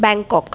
Bangkok